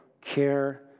care